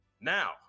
now